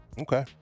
Okay